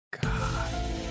God